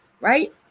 right